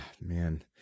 man